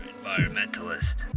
Environmentalist